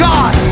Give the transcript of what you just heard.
God